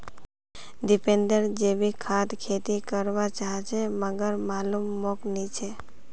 दीपेंद्र जैविक खाद खेती कर वा चहाचे मगर मालूम मोक नी छे